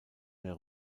mehr